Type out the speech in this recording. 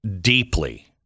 deeply